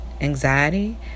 anxiety